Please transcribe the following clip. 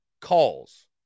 calls